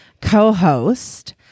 co-host